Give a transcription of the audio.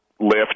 lift